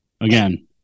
again